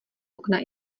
okna